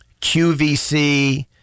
QVC